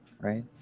right